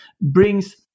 brings